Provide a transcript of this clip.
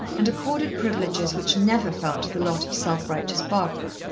and accorded privileges which never fell to the lot of self-righteous barbara.